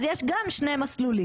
אז יש גם שני מסלולים,